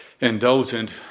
indulgent